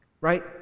Right